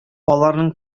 аларның